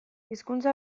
hizkuntza